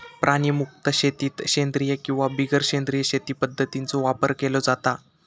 प्राणीमुक्त शेतीत सेंद्रिय किंवा बिगर सेंद्रिय शेती पध्दतींचो वापर केलो जाता